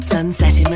Sunset